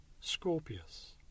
Scorpius